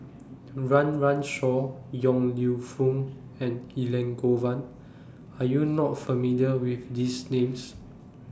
Run Run Shaw Yong Lew Foong and Elangovan Are YOU not familiar with These Names